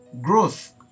Growth